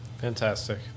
Fantastic